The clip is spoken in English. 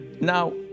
Now